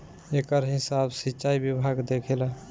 एकर हिसाब सिंचाई विभाग देखेला